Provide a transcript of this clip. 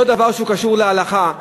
שקשור להלכה.